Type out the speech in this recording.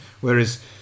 Whereas